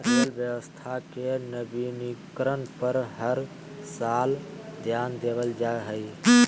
rail व्यवस्था के नवीनीकरण पर हर साल ध्यान देवल जा हइ